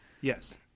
Yes